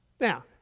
Now